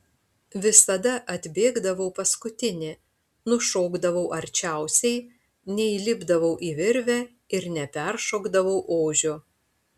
visada atbėgdavau paskutinė nušokdavau arčiausiai neįlipdavau į virvę ar neperšokdavau ožio